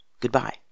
Goodbye